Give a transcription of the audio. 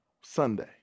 Sunday